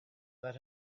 that